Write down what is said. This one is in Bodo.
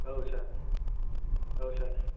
औ सार औ सार